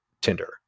Tinder